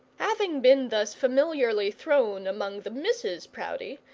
having been thus familiarly thrown among the misses proudie,